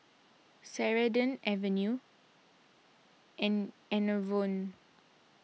Ceradan Avene and Enervon